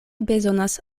bezonas